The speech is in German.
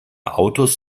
autos